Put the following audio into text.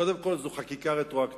קודם כול זאת חקיקה רטרואקטיבית.